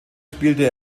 spielte